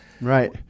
Right